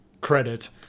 credit